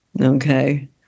Okay